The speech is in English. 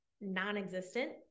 non-existent